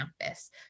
campus